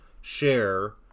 share